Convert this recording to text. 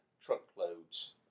truckloads